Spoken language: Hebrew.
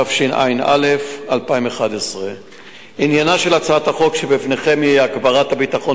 התשע"א 2011. עניינה של הצעת החוק שבפניכם הוא הגברת הביטחון